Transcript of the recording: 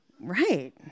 Right